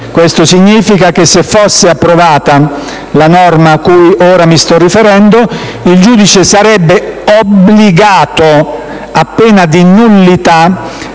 Questo significa che, se fosse approvata la norma cui ora mi sto riferendo, il giudice sarebbe obbligato, a pena di nullità,